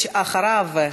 אחריו,